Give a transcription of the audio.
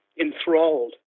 enthralled